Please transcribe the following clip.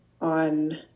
on